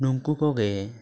ᱱᱩᱝᱠᱩ ᱠᱚᱜᱮ